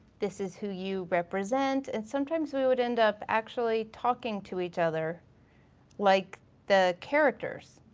this is who you represent. and sometimes we would end up actually talking to each other like the characters.